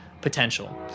potential